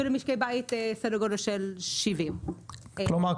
ולמשקי בית סדר גודל של 70. כלומר,